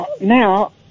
now